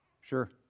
Sure